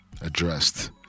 addressed